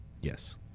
Yes